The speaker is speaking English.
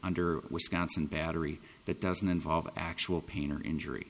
under wisconsin battery that doesn't involve actual pain or injury